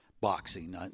boxing